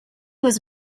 was